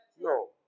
No